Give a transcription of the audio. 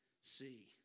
see